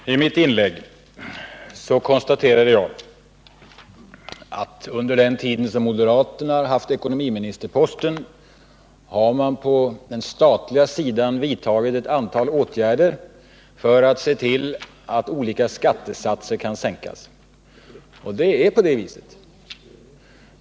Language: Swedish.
Herr talman! I mitt inlägg konstaterade jag att under den tid som moderaterna har haft ekonomiministerposten har man på den statliga sidan vidtagit ett antal åtgärder för att sänka olika skattesatser, och det var på det sättet.